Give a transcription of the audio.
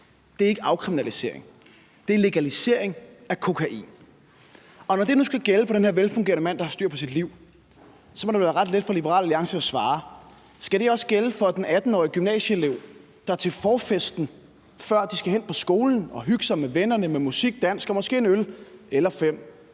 Det er ikke en afkriminalisering. Det er en legalisering af kokain. Og når det nu skal gælde for den her velfungerende mand, der har styr på sit liv, så må det vel være ret let for Liberal Alliance at svare på, om det også skal gælde for de 18-årige gymnasieelever, der til forfesten, før de skal hen på skolen og hygge sig med vennerne med musik, dans og måske en øl eller fem,